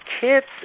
Kids